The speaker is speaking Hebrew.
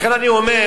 לכן אני אומר,